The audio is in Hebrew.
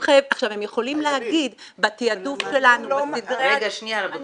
הם יכולים להגיד: בתעדוף שלנו, בסדרי העדיפויות